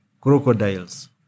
crocodiles